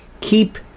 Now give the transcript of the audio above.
keep